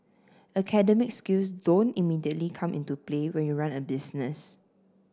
academic skills don't immediately come into play when you run a business